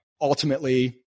ultimately